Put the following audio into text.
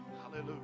Hallelujah